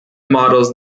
models